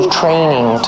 training